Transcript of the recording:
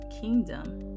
kingdom